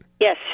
Yes